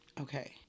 Okay